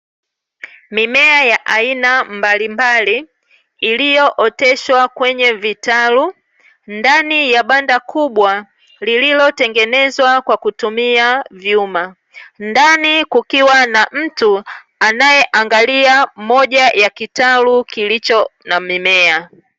Mimea ya aina mbalimbali iliyooteshwa kwenye vitalu ndani ya banda kubwa, lililotengenezwa kwa kutumia vyuma, ndani kukiwa na mtu anayeangalia moja ya kitalu kilicho na mimea.